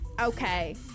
okay